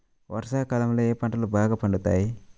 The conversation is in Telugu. వర్షాకాలంలో ఏ పంటలు బాగా పండుతాయి?